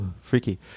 Freaky